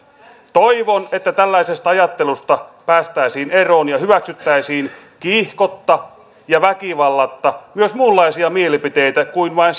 toivon että tällaisesta ajattelusta päästäisiin eroon ja hyväksyttäisiin kiihkotta ja väkivallatta myös muunlaisia mielipiteitä kuin vain